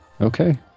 Okay